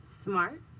smart